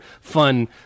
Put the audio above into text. fun